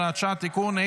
הוראת שעה) (תיקון),